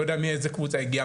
לא יודע מאיזה קבוצה הגיעה,